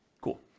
Cool